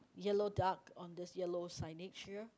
yellow duck on this yellow signage here